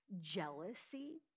jealousy